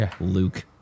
Luke